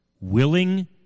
Willing